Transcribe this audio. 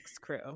crew